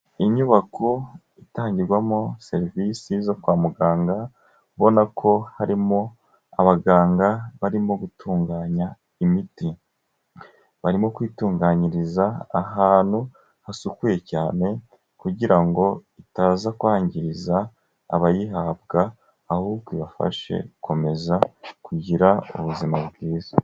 Inyubako itangirwamo serivisi zo kwa muganga ubona ko harimo abaganga barimo gutunganya imiti. Barimo kuyitunganyiriza ahantu hasukuye cyane kugira ngo itaza kwangiza abayihabwa ahubwo ibafashe gukomeza kugira ubuzima bwiza.